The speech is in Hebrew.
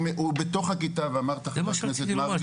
הוא בתוך הכיתה- -- זה מה שרציתי לומר,